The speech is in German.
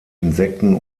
insekten